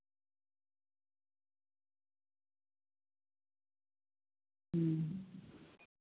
ᱦᱩᱸ